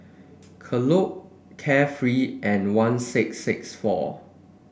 Kellogg Carefree and one six six four